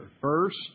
First